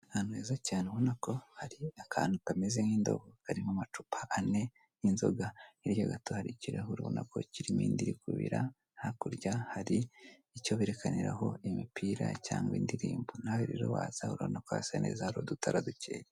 Ahantu heza cyane ubona ko hari akantu kameze nk'indobo karimo amacupa ane y'inzoga hirya gato hari ikirahure ubona ko kirimo indi iri kubira hakurya hari icyo berekaniraho imipira cyangwa indirimbo. Nawe rero waza urabona ko hasa neza hari udutara dukeye.